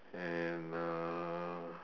and uh